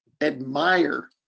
admire